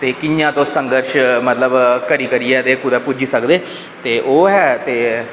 ते कियां तुस संघर्श तुस करी करियै कुदै पुज्जी सकदे ते ओह् ऐ ते